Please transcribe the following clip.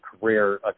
career